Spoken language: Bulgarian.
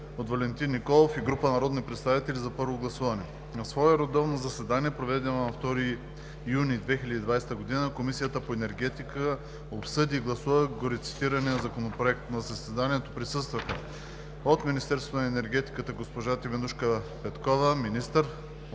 от Министерството на енергетиката: госпожа Теменужка Петкова – министър;